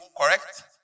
correct